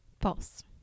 False